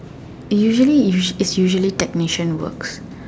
usually if usually technician works